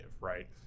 right